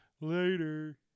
Later